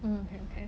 okay okay